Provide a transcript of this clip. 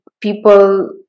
people